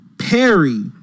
Perry